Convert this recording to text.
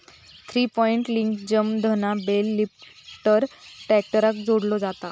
three point लिंकेजमधना bale lifter ट्रॅक्टराक जोडलो जाता